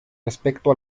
respecto